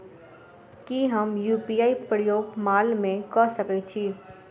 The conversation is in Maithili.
की हम यु.पी.आई केँ प्रयोग माल मै कऽ सकैत छी?